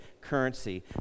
currency